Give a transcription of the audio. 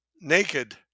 naked